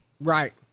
Right